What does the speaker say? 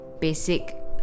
basic